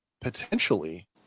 potentially